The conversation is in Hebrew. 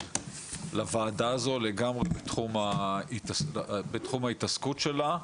לוועדה הזו לגמרי בתחום ההתעסקות שלה.